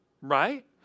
Right